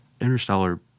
Interstellar